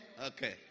Okay